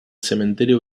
cementerio